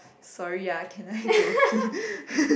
sorry ah can I pee